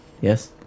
Yes